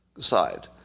side